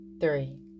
three